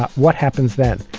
what happens then?